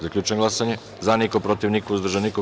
Zaključujem glasanje: za – niko, protiv – niko, uzdržanih – nema.